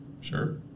Sure